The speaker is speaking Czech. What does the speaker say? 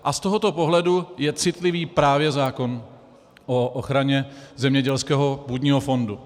A z tohoto pohledu je citlivý právě zákon o ochraně zemědělského půdního fondu.